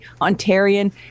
Ontarian